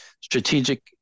strategic